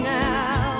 now